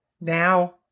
now